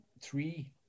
three